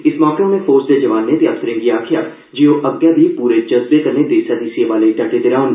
इस मौके उन्ने फौज दे जवानें ते अफसरें गी आखेआ जे ओह् अग्गे बी पूरे जज्बे कन्नै देसै दी सेवा लेई डटे दे रौहन